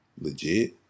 legit